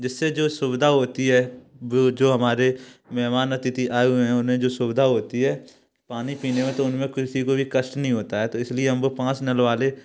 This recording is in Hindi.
जिससे जो सुविधा होती है वो जो हमारे मेहमान आतिथि आए हुए हैं उन्हें सुविधा होती है पानी पीने में तो उनमें किसी को भी कष्ट नही होता है तो इसलिए हम वो पाँच नल वाले